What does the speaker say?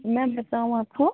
मैं बताऊँ आपको